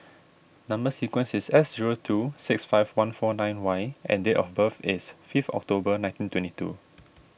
Number Sequence is S zero two six five one four nine Y and date of birth is fifth October nineteen twenty two